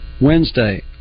Wednesday